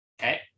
Okay